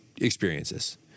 experiences